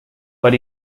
but